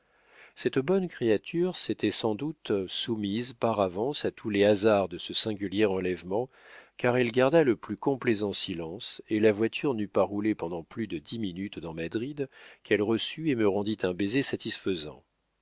cette bonne créature s'était sans doute soumise par avance à tous les hasards de ce singulier enlèvement car elle garda le plus complaisant silence et la voiture n'eut pas roulé pendant plus de dix minutes dans madrid qu'elle reçut et me rendit un baiser satisfaisant